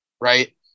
Right